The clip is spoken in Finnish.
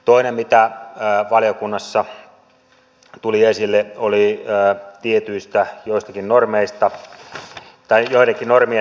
toinen mitä valiokunnassa tuli esille oli joidenkin tiettyjen normien tarkastelu